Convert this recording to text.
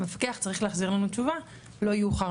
המפקח צריך להחזיר לנו תשובה לא יאוחר